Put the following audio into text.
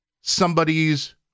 somebody's